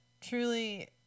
truly